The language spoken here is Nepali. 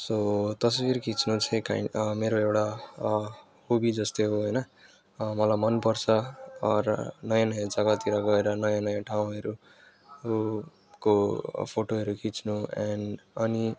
सो तस्बिर खिच्न चाहिँ काइन्ड मेरो एउटा ह हबी जस्तै हो होइन मलाई मन पर्छ र नयाँ नयाँ जग्गातिर गएर नयाँ नयाँ ठाउँहरूको फोटोहरू खिच्नु एन्ड अनि